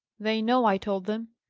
they know i told them.